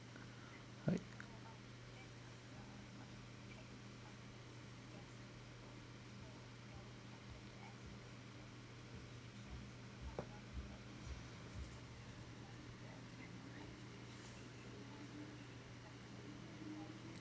right